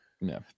No